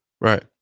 Right